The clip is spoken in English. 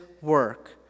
work